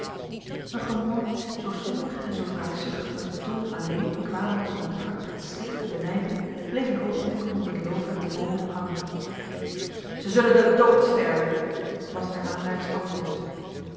een gemor zo somber en zo wraakzuchtig dat de toon alleen bekwaam was om het hart met schrik te benijpen bleef een ogenblik onder het lover der bomen hangen zij zullen de dood sterven was der aanleiders antwoord